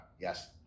Yes